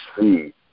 see